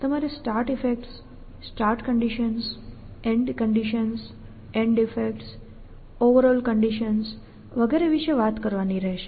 તમારે start effects start conditions and conditions and effects overall conditions વગેરે વિષે વાત કરવાની રહેશે